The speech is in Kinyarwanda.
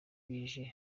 bije